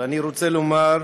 ואני רוצה לומר,